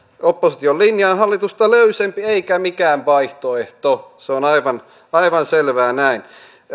opposition linja on hallitusta löysempi eikä mikään vaihtoehto se on aivan aivan selvää näin